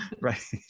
Right